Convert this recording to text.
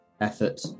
effort